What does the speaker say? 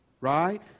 Right